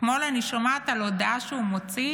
אתמול אני שומעת על הודעה שהוא מוציא,